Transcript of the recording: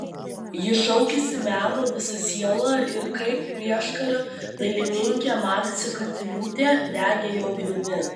ji šaukėsi meno visa siela ir kaip prieškario dailininkė marcė katiliūtė degė jo ugnimi